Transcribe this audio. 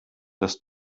dass